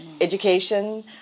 education